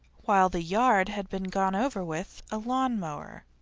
while the yard had been gone over with a lawn-mower.